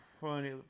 funny